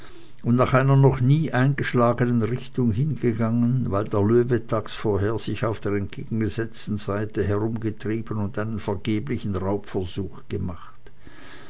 und nach einer noch nie eingeschlagenen richtung hingegangen weil der löwe tags vorher sich auf der entgegengesetzten seite herumgetrieben und einen vergeblichen raubversuch gemacht